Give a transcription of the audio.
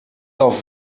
auf